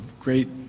great